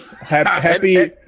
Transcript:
Happy